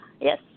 Yes